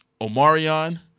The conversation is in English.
Omarion